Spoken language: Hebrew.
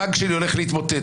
הבנק שלי הולך להתמוטט.